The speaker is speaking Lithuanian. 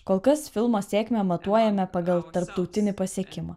kol kas filmo sėkmę matuojame pagal tarptautinį pasiekimą